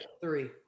three